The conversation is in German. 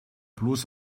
bloß